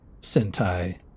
sentai